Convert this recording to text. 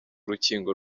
rukingo